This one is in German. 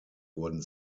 wurden